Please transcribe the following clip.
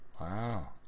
Wow